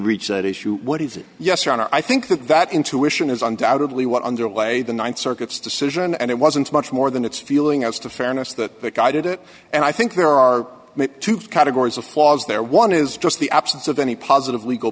reach that issue what is it yes your honor i think that intuition is undoubtedly what underway the th circuit's decision and it wasn't much more than its feeling as to fairness that the guy did it and i think there are two categories of flaws there one is just the absence of any positive legal